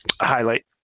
highlight